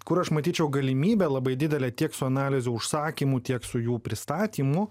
kur aš matyčiau galimybę labai didelę tiek su analizių užsakymų tiek su jų pristatymu